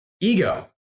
ego